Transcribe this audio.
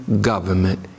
government